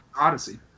Odyssey